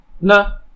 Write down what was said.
No